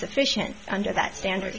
sufficient under that standard